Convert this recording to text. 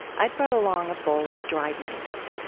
i'd brought along a bowl of dried mangos,